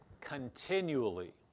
continually